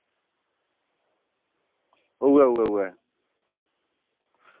उ'ऐ उ'ऐ उ'ऐ